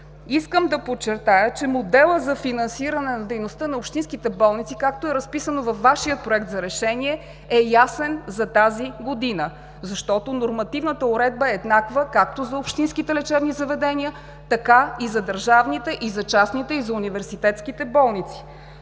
Искам да подчертая, че моделът за финансиране на дейността на общинските болници, както е разписано във Вашия Проект на решение, е ясен за тази година, защото нормативната уредба е еднаква както за общинските лечебни заведения, така и за държавните, и за частните, и за университетските болници.